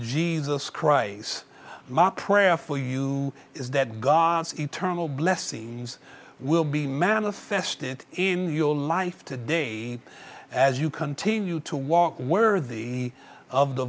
jesus christ mark prayer for you is that god's eternal blessings will be manifested in your life to day as you continue to walk worthy of the